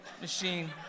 machine